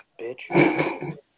Bitch